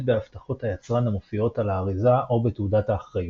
בהבטחות היצרן המופיעות על האריזה או בתעודת האחריות.